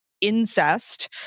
incest